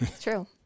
True